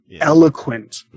eloquent